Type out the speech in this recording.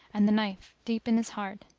and the knife deep in his heart.